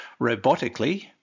robotically